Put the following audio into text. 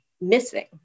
missing